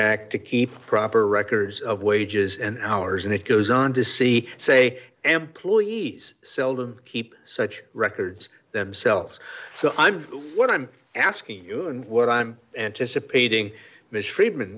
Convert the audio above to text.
act to keep proper records of wages and hours and it goes on to see say employees seldom keep such records themselves so i'm what i'm asking you and what i'm anticipating mis